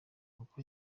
uko